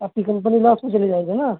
آپ company loss میں چلی جائے گی نا